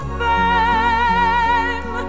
fame